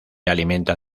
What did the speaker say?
alimentan